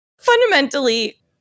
Fundamentally